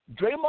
Draymond